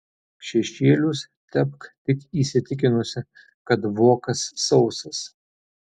šešėlius tepk tik įsitikinusi kad vokas sausas